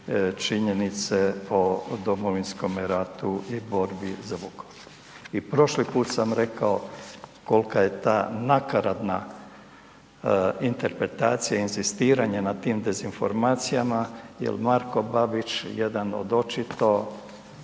činjenice o Domovinskome ratu i borbi za Vukovar i prošli put sam rekao koliko je ta nakaradna interpretacija, inzistiranje na tim dezinformacijama jer Marko Babić, jedan od očito